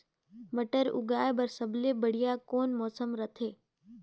मटर उगाय बर सबले बढ़िया कौन मौसम रथे?